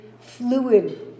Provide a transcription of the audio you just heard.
fluid